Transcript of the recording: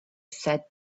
said